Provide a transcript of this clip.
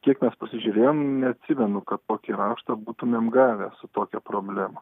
kiek mes pasižiūrėjom neatsimenu kad tokį raštą būtumėm gavę su tokia problema